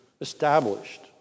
established